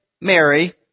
Mary